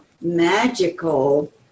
magical